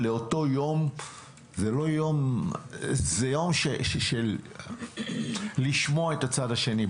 אותו יום שיוקדש לשמוע את הצד השני.